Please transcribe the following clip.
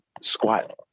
squat